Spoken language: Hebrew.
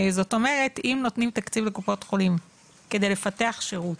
זאת אומרת אם נותנים תקציב לקופות חולים כדי לפתח שירות,